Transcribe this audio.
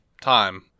time